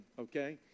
okay